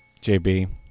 jb